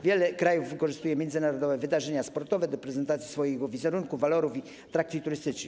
Wiele krajów wykorzystuje międzynarodowe wydarzenia sportowe do prezentacji swojego wizerunku, walorów i atrakcji turystycznych.